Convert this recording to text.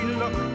look